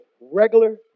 regular